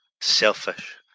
selfish